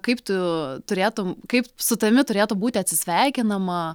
kaip tu turėtum kaip su tavimi turėtų būti atsisveikinama